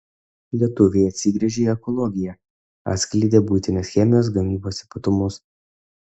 lietuviai atsigręžia į ekologiją atskleidė buitinės chemijos gamybos ypatumus